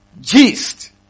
gist